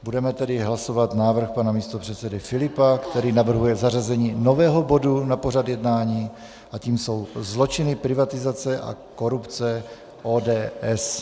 Budeme tedy hlasovat návrh pana místopředsedy Filipa, který navrhuje zařazení nového bodu na pořad jednání, a tím jsou Zločiny privatizace a korupce ODS.